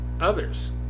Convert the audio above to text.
others